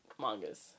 mangas